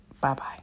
Bye-bye